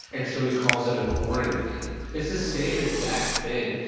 and so, he calls it a quarantine. it's the same exact thing.